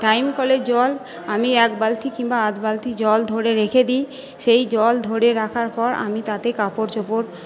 time কলের জল আমি এক বালতি কিংবা আধ বালতি জল ধরে রেখে দিই সেই জল ধরে রাখার পর আমি তাতে কাপড় চোপড়